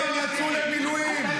כי הם יצאו למילואים,